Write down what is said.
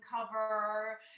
cover